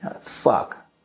fuck